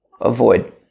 avoid